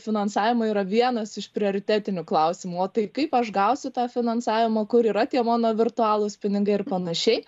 finansavimą yra vienas iš prioritetinių klausimų o tai kaip aš gausiu tą finansavimą kur yra tie mano virtualūs pinigai ir panašiai